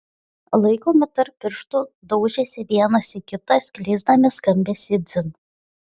laikomi tarp pirštų daužėsi vienas į kitą skleisdami skambesį dzin